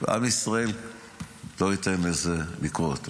ועם ישראל לא ייתן לזה לקרות,